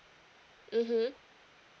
mmhmm